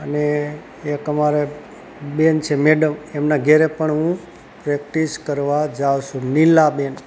અને એક અમારે બેન છે મેડમ એમના ઘેરે પણ હું પ્રેક્ટિસ કરવા જાઉં છું સુ નીલા બેન